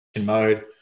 mode